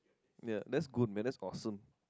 ya that's good man that's awesome